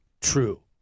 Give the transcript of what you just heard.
true